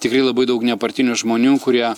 tikrai labai daug nepartinių žmonių kurie